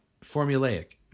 Formulaic